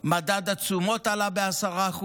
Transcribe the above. מדד התשומות עלה ב-10%.